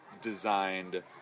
designed